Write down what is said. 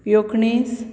एकुणीस